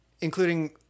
including